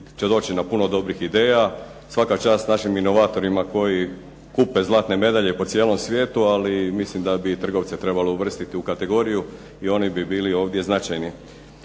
će doći na puno dobrih ideja. Svaka čast našim inovatorima koji kupe zlatne medalje po cijelom svijetu, ali mislim da bi trgovce trebalo uvrstiti u kategoriju i oni bi bili ovdje značajni.